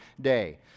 day